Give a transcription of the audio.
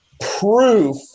proof